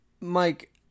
Mike